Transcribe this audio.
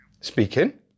Speaking